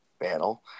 battle